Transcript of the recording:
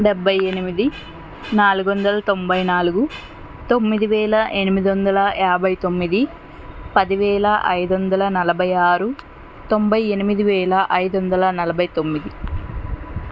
డెబ్బై ఎనిమిది నాలుగు వందల తొంభై నాలుగు తొమ్మిది వేల ఎనిమిది వందల యాభై తొమ్మిది పదివేల ఐదు వందల నలభై ఆరు తొంభై ఎనిమిది వేల ఐదు వందల నలభై తొమ్మిది